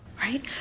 Right